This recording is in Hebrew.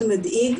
מאוד מדאיג,